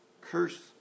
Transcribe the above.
curse